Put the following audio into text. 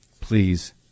please